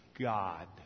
God